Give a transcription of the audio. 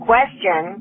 Question